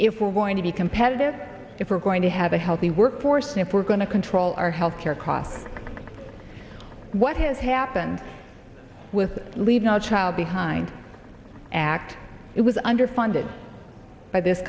if we're going to be competitive if we're going to have a healthy workforce and if we're going to control our health care costs what has happened with leave no child behind act it was underfunded by this